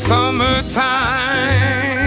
Summertime